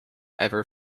ever